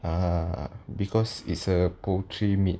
uh because it's a poultry meat